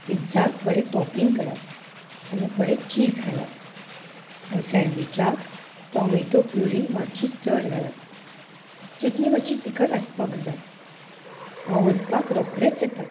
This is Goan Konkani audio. पिझ्झाक बरें टॉपींग करात आनी बरेंच चीज घालात आनी सँडविचाक टॉमेटो प्युरी मातशी चड घालात चेटणी मातशी तिखट आसपाक जाय हांव व्हरपाक रोखडेंच येतां